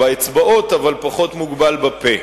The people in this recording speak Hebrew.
באצבעות אבל פחות מוגבל בפה.